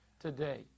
today